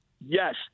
yes